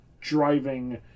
driving